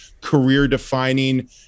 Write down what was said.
career-defining